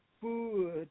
food